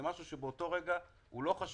זה משהו שבאותו רגע הוא לא חשוב